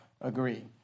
agree